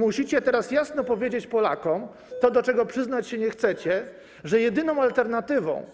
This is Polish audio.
Musicie teraz jasno powiedzieć Polakom, do czego przyznać się nie chcecie, że jedyną alternatywą